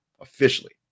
Officially